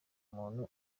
muntu